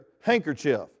handkerchief